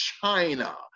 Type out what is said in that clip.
China